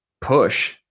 push